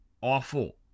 awful